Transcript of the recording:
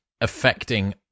affecting